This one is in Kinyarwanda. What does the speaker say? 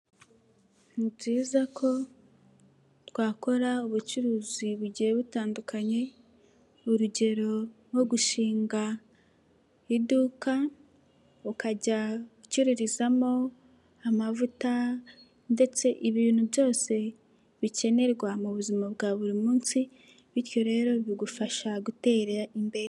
Ni byiza ko twakora ubucuruzi bugiye butandukanye, urugero nko gushinga iduka ukajya ucururizamo amavuta ndetse ibintu byose bikenerwa mu buzima bwa buri munsi, bityo rero bigufasha gutera imbere.